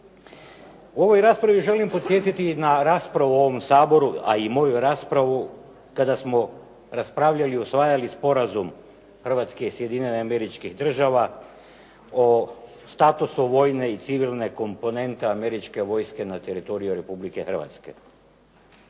U ovoj raspravi želim podsjetiti na raspravu u ovom Saboru, a i moju raspravu kada smo raspravljali i usvajali Sporazum Hrvatske i Sjedinjenih Američkih Država o statusu vojne i civilne komponente Američke vojske na teritoriju Republike Hrvatske.